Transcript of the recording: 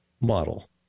model